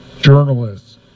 journalists